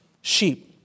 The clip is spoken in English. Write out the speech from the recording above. sheep